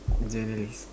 journalist